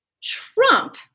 Trump